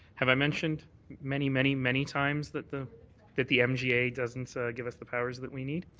have i mentioned many, many, many times that the that the mga doesn't so give us the powers that we need?